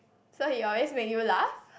so he always make you laugh